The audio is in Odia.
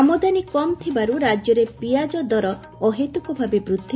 ଆମଦାନୀ କମ୍ ଥିବାର୍ ରାଜ୍ୟରେ ପିଆଜ ଦର ଅହେତିକ ଭାବେ ବୃଦ୍ଧି